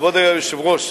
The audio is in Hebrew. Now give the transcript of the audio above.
כבוד היושב-ראש,